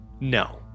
No